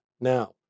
Now